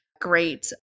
great